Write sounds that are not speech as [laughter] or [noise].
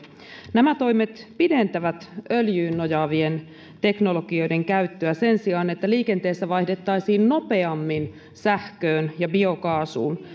nämä toimet pidentävät öljyyn nojaavien teknologioiden käyttöä sen sijaan että liikenteessä vaihdettaisiin nopeammin sähköön ja biokaasuun [unintelligible]